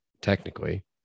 technically